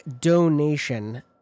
donation